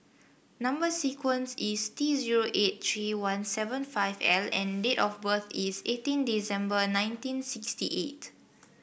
number sequence is T zero eight three one seven five L and date of birth is eighteen December nineteen sixty eight